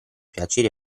piaceri